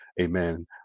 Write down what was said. amen